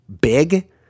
big